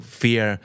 fear